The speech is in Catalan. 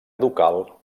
ducal